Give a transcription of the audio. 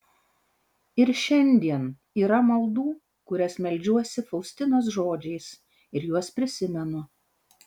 ir šiandien yra maldų kurias meldžiuosi faustinos žodžiais ir juos prisimenu